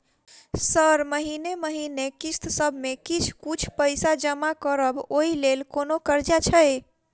Sir महीने महीने किस्तसभ मे किछ कुछ पैसा जमा करब ओई लेल कोनो कर्जा छैय?